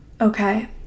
okay